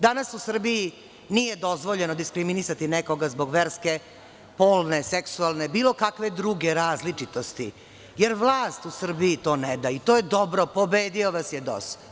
Danas u Srbiji nije dozvoljeno diskriminisati nekoga zbog verske, polne, seksualne, bilo kakve druge različitosti, jer vlast u Srbiji to ne da i to je dobro, pobedio vas je DOS.